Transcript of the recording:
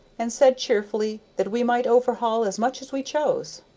and said cheerfully that we might overhaul as much as we chose.